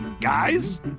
Guys